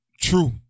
True